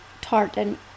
Tartan